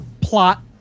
plot